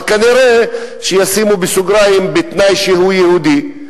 אבל כנראה ישימו בסוגריים: בתנאי שהוא יהודי.